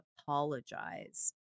apologize